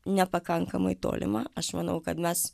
nepakankamai tolima aš manau kad mes